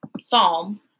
Psalm